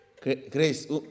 grace